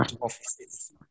offices